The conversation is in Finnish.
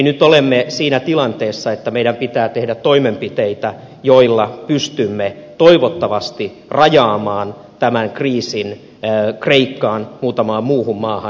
nyt olemme siinä tilanteessa että meidän pitää tehdä toimenpiteitä joilla pystymme toivottavasti rajaamaan tämän kriisin kreikkaan ja muutamaan muuhun maahan